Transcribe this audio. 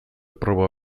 proba